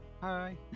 Hi